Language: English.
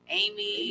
amy